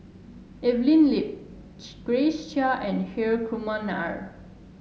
Evelyn Lip Grace Chia and Hri Kumar Nair